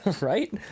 Right